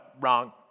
wrong